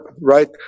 right